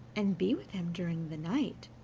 and be with him during the night,